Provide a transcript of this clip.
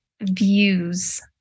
views